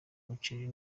muceri